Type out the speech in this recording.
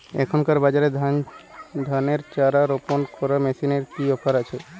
এখনকার বাজারে ধানের চারা রোপন করা মেশিনের কি অফার আছে?